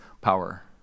power